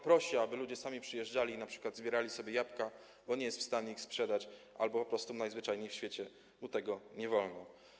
Prosi, aby ludzie sami przyjeżdżali i np. zbierali sobie jabłka, bo nie jest w stanie ich sprzedać albo po prostu najzwyczajniej w świecie mu tego nie wolno.